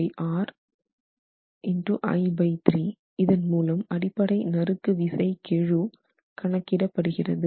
5 R I3 இதன் மூலம் அடிப்படை நறுக்கு விசை கெழு கணக்கிட படுகிறது